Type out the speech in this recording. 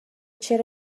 چرا